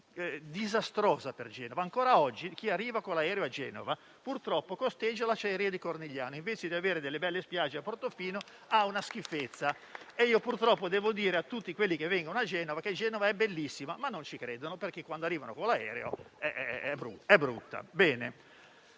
disastrosa per Genova. Ancora oggi chi arriva a Genova in aereo purtroppo costeggia l'acciaieria di Cornigliano: invece di avere le belle spiagge di Portofino, ha una schifezza. Io purtroppo devo dire a tutti quelli che vengono a Genova che è bellissima, ma non ci credono perché quando arrivano in aereo vedono